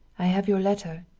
i have your letter,